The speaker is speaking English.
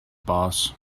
boss